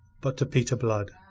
but to peter blood.